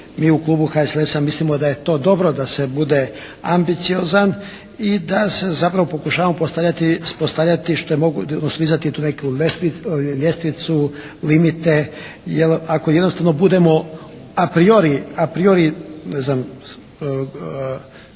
mi u klubu HSLS-a mislimo da je to dobro da se bude ambiciozan i da se zapravo pokušavamo postavljati što je moguće, odnosno dizati tu neku ljestvicu, limite. Jer ako jednostavno budemo apriori ne znam,